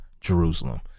Jerusalem